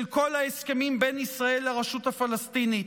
כל ההסכמים בין ישראל לרשות הפלסטינית.